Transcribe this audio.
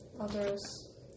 others